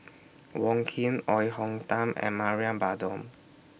Wong Keen Oei Tiong Ham and Mariam Baharom